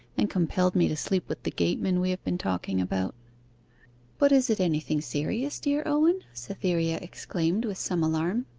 and compelled me to sleep with the gateman we have been talking about but is it anything serious, dear owen cytherea exclaimed, with some alarm.